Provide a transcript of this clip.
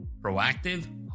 Proactive